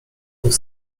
tych